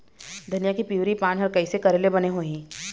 धनिया के पिवरी पान हर कइसे करेले बने होही?